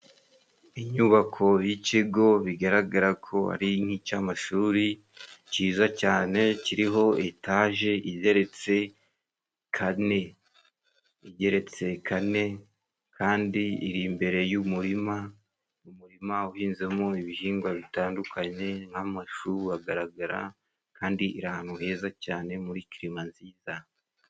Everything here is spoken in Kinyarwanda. Inyubako y'ikigo bigaragara ko ari nk'icy'amashuri cyiza cyane kiriho etaje igereretse kane, igeretse kane kandi iri imbere y'umurima, mu murima uhinzemo ibihingwa bitandukanye nk'amashu agaragara, kandi ahantu heza cyane muri kirima nziza.